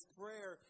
prayer